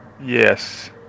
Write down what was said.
Yes